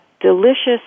delicious